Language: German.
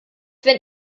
wenn